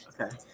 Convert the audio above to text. okay